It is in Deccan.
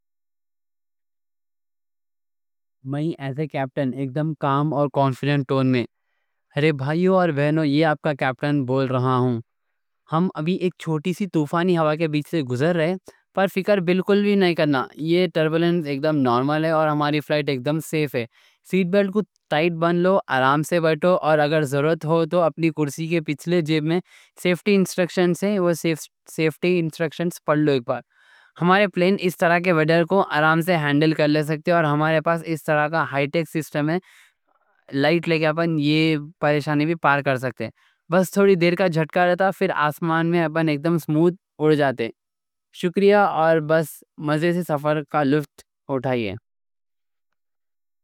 میں اکدم کالم اور کانفیڈنٹ ٹون میں، رے بھائیو اور بہنو یہ آپ کا کیپٹن بول رہا ہوں۔ ہم ابھی ایک چھوٹی سی طوفانی ہوا کے بیچ سے گزر رہے ہیں، پر فکر بالکل بھی نہیں کرنا۔ یہ ٹربولینس اکدم نارمل ہے اور ہماری فلائٹ اکدم سیف ہے۔ سیٹ بیلٹ کو ٹائٹ باندھ لو، آرام سے بیٹھو اور اگر ضرورت ہو تو اپنی کرسی کے پیچھے جیب میں سیفٹی انسٹرکشنز ہیں، وہ سیفٹی انسٹرکشنز پڑھ لو۔ ہمارے پلین اس طرح کے ویڈر کو آرام سے ہینڈل کر لے سکتا ہے اور ہمارے پاس اس طرح کا۔ ہائی ٹیک سسٹم ہے، لائٹ لے کے ہم یہ پریشانی بھی پار کر سکتے ہیں۔ بس تھوڑی دیر کا جھٹکا رہتا، پھر آسمان میں ہم اکدم سموتھ اُڑ جاتے ہیں۔ شکریہ اور بس مزے سے سفر کا لطف اٹھائیے۔